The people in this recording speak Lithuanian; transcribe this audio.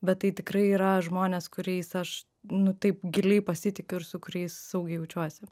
bet tai tikrai yra žmonės kuriais aš nu taip giliai pasitikiu ir su kuriais saugiai jaučiuosi